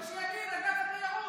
אבל שיגיד: אגף התיירות.